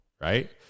right